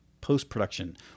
post-production